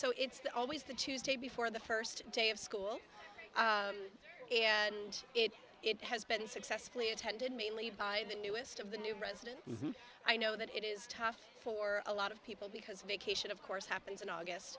so it's the always the tuesday before the first day of school and it it has been successfully attended mainly by the newest of the new resident i know that it is tough for a lot of people because vacation of course happens in august